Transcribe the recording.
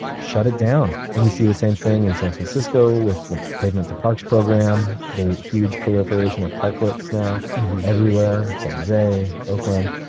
shut it down. and we see the same thing in san francisco with the pavement to parks program, the huge proliferation of parklets now everywhere in san jose, oakland.